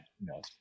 No